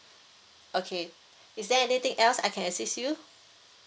okay is there anything else I can assist you